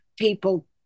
people